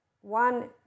one